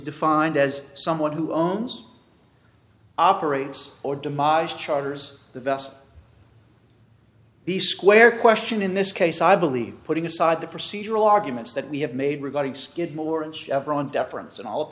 defined as someone who owns operates or demise charters the vast the square question in this case i believe putting aside the procedural arguments that we have made regarding skidmore unchaperoned deference and all